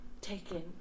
Taken